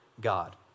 God